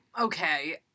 Okay